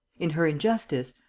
in her injustice,